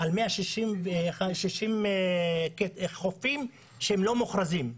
על 160 חופים שלא מוכרזים.